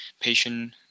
patient